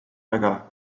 väga